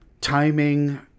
timing